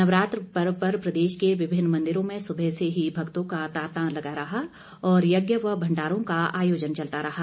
नवरात्र पर्व पर प्रदेश के विभिन्न मंदिरों में सुबह से ही भक्तों का तांता लगा रहा और यज्ञ भंडारों का आयोजन चलता रहा